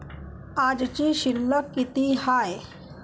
आजची शिल्लक किती हाय?